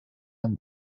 and